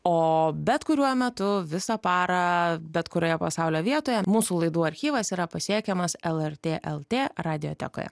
o bet kuriuo metu visą parą bet kurioje pasaulio vietoje mūsų laidų archyvas yra pasiekiamas lrt lt radiotekoje